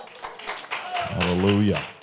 Hallelujah